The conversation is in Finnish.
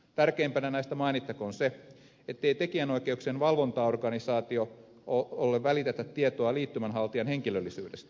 tärkeimpänä näistä mainittakoon se ettei tekijänoikeuksien valvontaorganisaatiolle välitetä tietoa liittymän haltijan henkilöllisyydestä